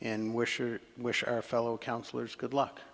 and we're sure wish our fellow councillors good luck